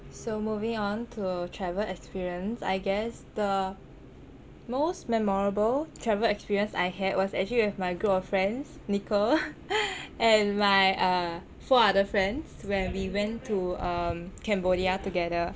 so moving on to travel experience I guess the most memorable travel experience I had was actually with my group of friends nickel and my uh four other friends when we went to um cambodia together